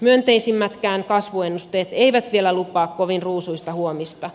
myönteisimmätkään kasvuennusteet eivät vielä lupaa kovin ruusuista huomista